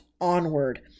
Onward